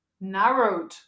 narrowed